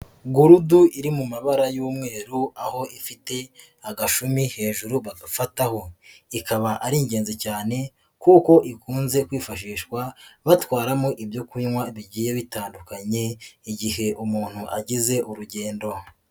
Gurudu iri mu mabara y'umweru aho ifite agashumi hejuru bafataho. Ikaba ari ingenzi cyane, kuko ikunze kwifashishwa, batwaramo ibyo kunywa bigiye bitandukanye, igihe umuntu agize urugendo.